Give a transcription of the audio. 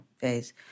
phase